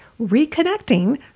reconnecting